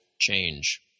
change